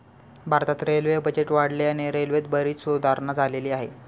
भारतात railway budget वाढल्याने रेल्वेत बरीच सुधारणा झालेली आहे